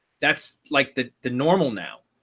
that's like the the normal now.